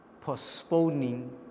postponing